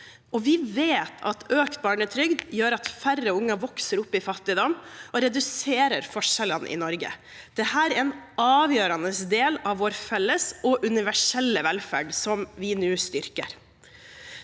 Vi vet at økt barnetrygd gjør at færre unger vokser opp i fattigdom, og reduserer forskjellene i Norge. Dette er en avgjørende del av vår felles og universelle velferd, som vi nå styrker.